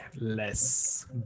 less